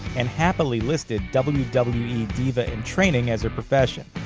and happily listed wwe wwe diva-in-training as her profession.